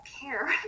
care